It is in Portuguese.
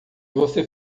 você